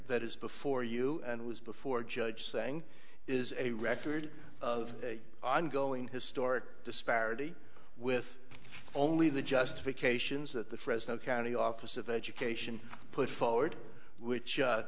that is before you and was before judge saying is a record of ongoing historic disparity with only the justifications that the fresno county office of education put forward which